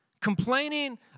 Complaining